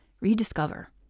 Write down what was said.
rediscover